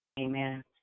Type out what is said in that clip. Amen